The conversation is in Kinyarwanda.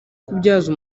kubyaza